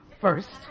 first